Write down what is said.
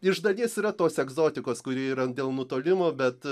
iš dalies yra tos egzotikos kuri yra dėl nutolimo bet